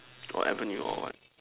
got avenue or what